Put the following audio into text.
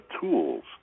tools